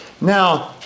Now